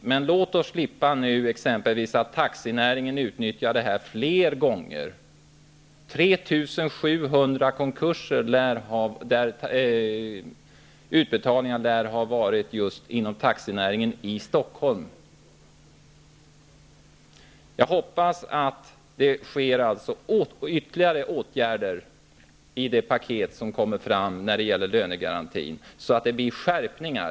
Låt oss slippa uppleva att taxinäringen utnyttjar detta fler gånger. 3 700 utbetalningar lär det ha varit just inom taxinäringen i Stockholm. Jag hoppas alltså på ytterligare åtgärder i det paket som kommer när det gäller lönegarantin, så att det blir skärpningar.